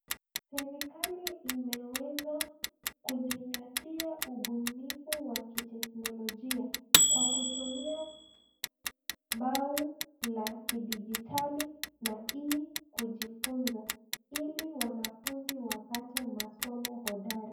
Serikali imeweza kuzingatia ubunifu wa kiteknolojia kwa kutumia bao la kidijitali na hii kujifunza ili wanafunzi wapate masomo hodari.